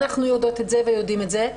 אנחנו יודעות ויודעים את זה.